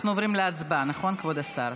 אנחנו עוברים להצבעה, נכון, כבוד השר?